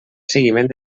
seguiment